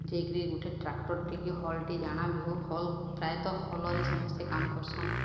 ଯେଇକିରି ଗୁଟେ ଟ୍ରାକ୍ଟରଟି କି ହଲ୍ଟି ଜାଣାବି ହଉ ହଲ୍ ପ୍ରାୟତଃ ହଲ୍ରେ ସମସ୍ତେ କାମ କରସନ୍